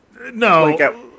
no